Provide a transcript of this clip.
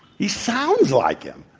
he sounds like him.